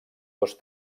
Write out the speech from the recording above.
dos